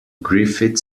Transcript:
griffith